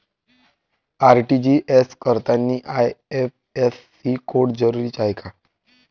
RTGS करतांनी IFSC code जरुरीचा हाय का?